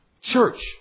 church